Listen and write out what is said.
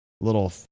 little